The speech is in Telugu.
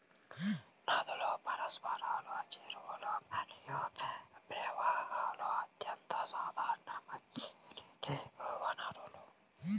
నదులు, సరస్సులు, చెరువులు మరియు ప్రవాహాలు అత్యంత సాధారణ మంచినీటి వనరులు